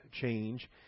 change